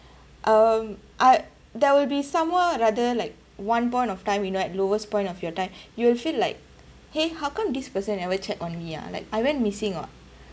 um I there will be someone rather like one point of time you know like lowest point of your time you will feel like !hey! how come this person never check on me ah like I went missing [what]